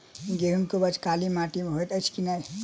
गेंहूँ केँ उपज काली माटि मे हएत अछि की नै?